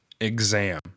exam